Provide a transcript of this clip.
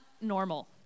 normal